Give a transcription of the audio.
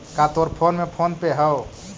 का तोर फोन में फोन पे हउ?